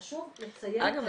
חשוב לציין -- אגב,